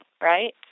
right